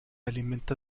alimenta